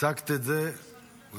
ייצגת את זה ממש.